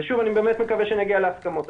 שוב, אני באמת מקווה שנגיע להסכמות.